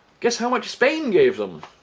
guess how much spain gave them?